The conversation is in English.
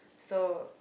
so